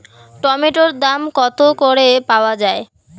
টমেটোর দাম কত করে পাওয়া যায়?